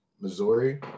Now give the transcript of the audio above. Missouri